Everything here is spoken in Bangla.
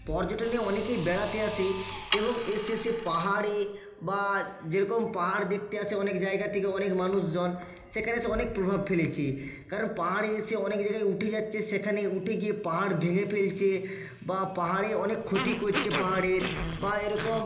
পর্যটনে অনেকেই বেড়াতে আসে এবং এসে সে পাহাড়ে বা যেরকম পাহাড় দেখতে আসে অনেক জায়গা থেকে অনেক মানুষজন সেখানে এসে অনেক প্রভাব ফেলেছে কারণ পাহাড়ে এসে অনেক জায়গায় উঠে যাচ্ছে সেখানে উঠে গিয়ে পাহাড় ভেঙে ফেলছে বা পাহাড়ে অনেক ক্ষতি করছে পাহাড়ের বা এরকম